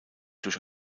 durch